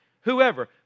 Whoever